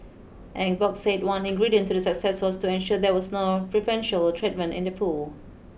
Eng Bock said one ingredient to the success was to ensure there was nor preferential treatment in the pool